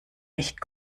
echt